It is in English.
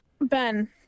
Ben